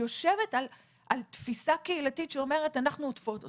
יושבת על בסיסה קהילתית שאומרת "אנחנו עוצרות אותך",